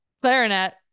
clarinet